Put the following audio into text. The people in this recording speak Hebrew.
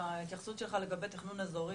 ההתייחסות שלך לגבי תכנון אזורי,